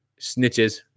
snitches